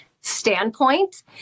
standpoint